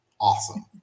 awesome